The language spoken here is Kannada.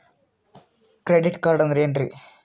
ಕ್ರೆಡಿಟ್ ಕಾರ್ಡ್ ಅಂದ್ರ ಏನ್ರೀ?